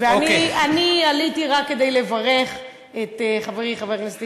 אני עליתי רק כדי לברך את חברי חבר הכנסת